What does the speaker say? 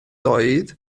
doedd